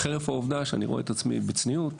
חרף העובדה שאני רואה את עצמי, בצניעות